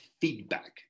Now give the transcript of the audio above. feedback